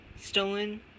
stolen